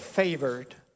favored